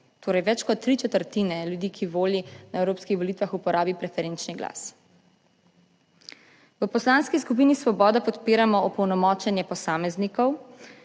torej več kot tri četrt ljudi, ki voli na evropskih volitvah, uporabi preferenčni glas. V Poslanski skupini Svoboda podpiramo opolnomočenje posameznikov,